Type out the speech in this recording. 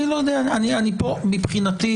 מבחינתי,